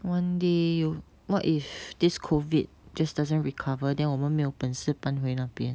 one day you what if this COVID just doesn't recover then 我们没有本事搬回那边